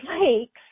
lakes